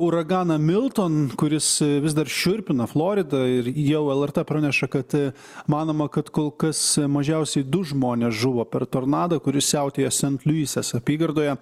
uraganą milton kuris vis dar šiurpina floridą ir jau lrt praneša kad manoma kad kol kas mažiausiai du žmonės žuvo per tornadą kuris siautėjo sent liuises apygardoje